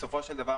בסופו של דבר,